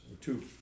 two